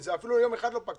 זה אפילו יום אחד לא פקע.